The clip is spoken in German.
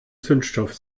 zündstoff